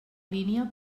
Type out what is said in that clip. línia